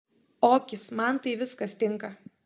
okis man tai viskas tinka